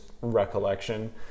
recollection